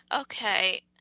okay